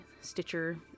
Stitcher